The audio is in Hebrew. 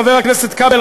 חבר הכנסת כבל,